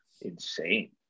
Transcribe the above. insane